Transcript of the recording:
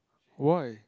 why